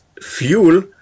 fuel